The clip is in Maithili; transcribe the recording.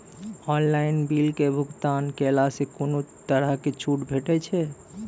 ऑनलाइन बिलक भुगतान केलासॅ कुनू तरहक छूट भेटै छै?